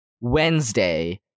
Wednesday